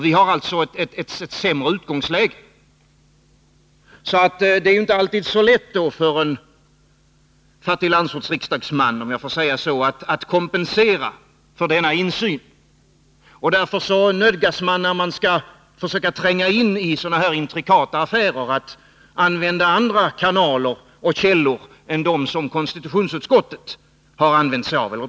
Vårt utgångsläge är alltså sämre. Därför är det inte alltid så lätt för en fattig landsortsriksdagsman — om jag så får säga — att kompensera sig för denna insyn. När man skall tränga in i en så intrikat affär som denna, nödgas man att använda sig av delvis andra kanaler och källor än dem som konstitutionsutskottet har använt sig av.